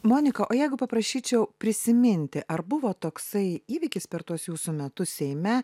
monika o jeigu paprašyčiau prisiminti ar buvo toksai įvykis per tuos jūsų metus seime